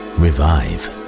revive